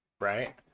Right